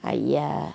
!aiya!